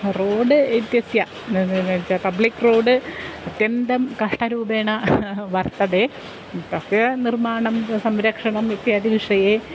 road इत्यस्य public road अत्यन्तं कष्टरूपेण वर्तते तस्य निर्माणं संरक्षणम् इत्यादिविषये